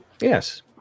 Yes